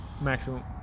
maximum